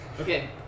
Okay